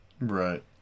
right